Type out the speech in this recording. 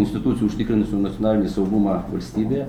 institucijų užtikrinusių nacionalinį saugumą valstybėje